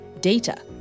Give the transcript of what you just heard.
data